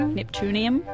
Neptunium